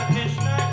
Krishna